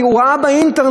הוא ראה באינטרנט.